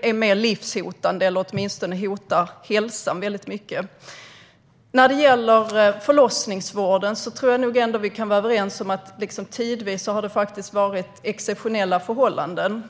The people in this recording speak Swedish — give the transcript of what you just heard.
som är livshotande eller åtminstone allvarligt hotar hälsan. När det gäller förlossningsvården tror jag nog ändå att vi kan vara överens om att det tidvis har varit exceptionella förhållanden.